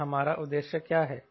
और हमारा उद्देश्य क्या है